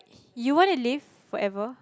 you want to live forever